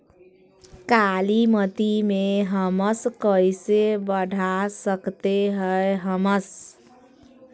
कालीमती में हमस कैसे बढ़ा सकते हैं हमस?